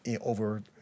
over